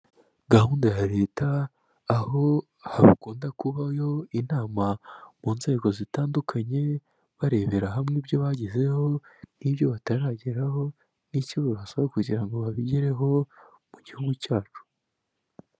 Gahunda ya leta aho hakunda kubayo inama mu nzego zitandukanye, barebera hamwe ibyo bagezeho n'ibyo batarageraho nicyo bibasaba kugira ngo babigereho mu gihugu cyacu.